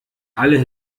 alle